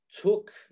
took